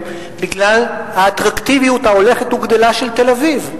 בגלל האטרקטיביות ההולכת וגדלה של תל-אביב.